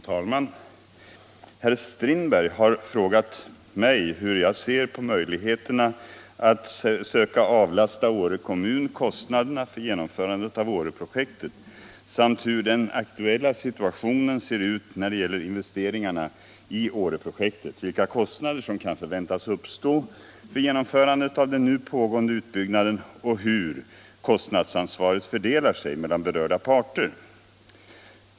Fru talman! Herr Strindberg har frågat mig hur jag ser på möjligheterna att söka avlasta Åre kommun kostnaderna för genomförandet av Åreprojektet samt hur den aktuella situationen ter sig när det gäller investeringarna i Åreprojektet, vilka kostnader som kan förväntas uppstå för genomförandet av den nu pågående utbyggnaden och hur kostnadsansvaret fördelar sig mellan berörda parter.